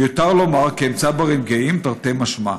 מיותר לומר שהם צברים גאים תרתי משמע.